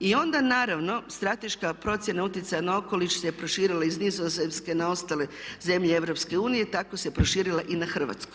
I onda naravno strateška procjena utjecaja na okoliš se proširila iz Nizozemske na ostale zemlje EU i tako se proširila na Hrvatsku.